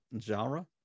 genre